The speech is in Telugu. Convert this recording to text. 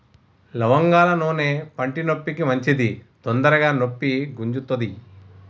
లవంగాల నూనె పంటి నొప్పికి మంచిది తొందరగ నొప్పి గుంజుతది